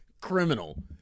criminal